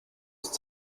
ist